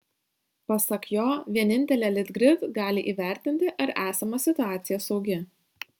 pasak jo vienintelė litgrid gali įvertinti ar esama situacija saugi